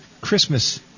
Christmas